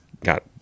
got